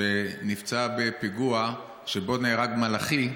שנפצע בפיגוע שבו נהרג מלאכי,